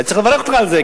אני צריך לברך אותך על זה,